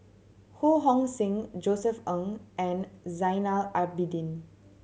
Ho Hong Sing Josef Ng and Zainal Abidin